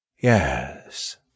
Yes